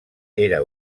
era